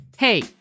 Hey